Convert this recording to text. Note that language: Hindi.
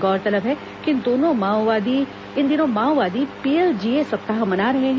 गौरतलब है कि इन दिनों माओवादी पीएलजीए सप्ताह मना रहे हैं